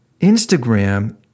Instagram